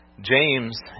James